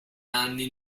anni